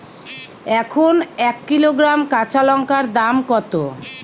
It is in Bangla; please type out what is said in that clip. এখন এক কিলোগ্রাম কাঁচা লঙ্কার দাম কত?